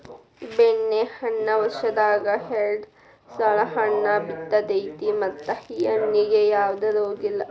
ಬೆಣ್ಣೆಹಣ್ಣ ವರ್ಷದಾಗ ಎರ್ಡ್ ಸಲಾ ಹಣ್ಣ ಬಿಡತೈತಿ ಮತ್ತ ಈ ಹಣ್ಣಿಗೆ ಯಾವ್ದ ರೋಗಿಲ್ಲ